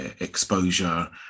exposure